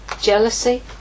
jealousy